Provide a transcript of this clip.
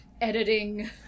editing